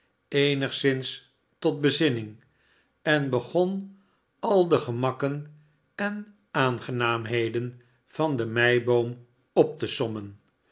eenigszins tot bezinning en begon al de gemakken en aangenaamheden van de m e i b o o m op te sommen